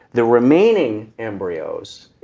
the remaining embryos,